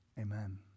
amen